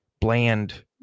bland